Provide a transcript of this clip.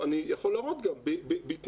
אני יכול להראות גם שבהתנחלויות,